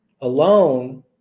alone